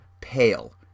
pale